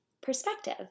perspective